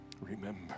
Remember